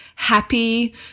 happy